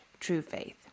truefaith